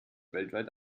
weltweit